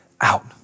out